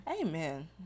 Amen